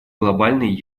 глобальной